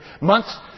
Months